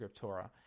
scriptura